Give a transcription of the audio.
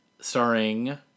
Starring